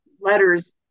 letters